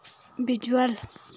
visual